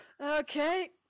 Okay